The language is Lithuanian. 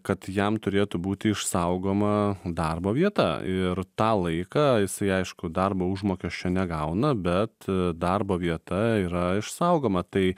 kad jam turėtų būti išsaugoma darbo vieta ir tą laiką jisai aišku darbo užmokesčio negauna bet darbo vieta yra išsaugoma tai